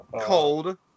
cold